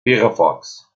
firefox